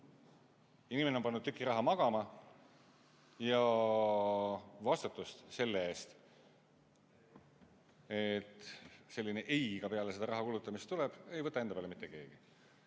Inimene on pannud tüki raha magama ja vastutust selle eest, et selline "ei" ka peale seda rahakulutamist tuleb, ei võta enda peale mitte keegi.